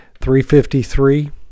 353